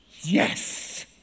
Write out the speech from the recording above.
yes